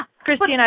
Christine